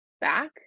back